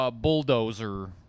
Bulldozer